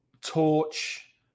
Torch